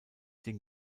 den